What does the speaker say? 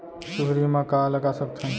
चुहरी म का लगा सकथन?